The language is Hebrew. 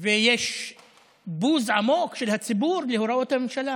ויש בוז עמוק של הציבור להוראות הממשלה,